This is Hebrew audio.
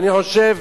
אני חושב